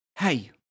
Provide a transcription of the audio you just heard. Hey